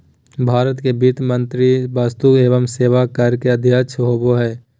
भारत के वित्त मंत्री वस्तु एवं सेवा कर के अध्यक्ष होबो हइ